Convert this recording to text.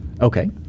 okay